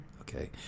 Okay